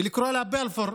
ולקרוא לה בלפור,